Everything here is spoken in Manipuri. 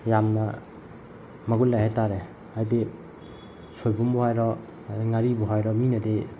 ꯌꯥꯝꯅ ꯃꯒꯨꯟ ꯂꯩ ꯍꯥꯏꯇꯔꯦ ꯍꯥꯏꯗꯤ ꯁꯣꯏꯕꯨꯝꯕꯨ ꯍꯥꯏꯔꯣ ꯑꯗꯩ ꯉꯥꯔꯤꯕꯨ ꯍꯥꯏꯔꯣ ꯃꯤꯅꯗꯤ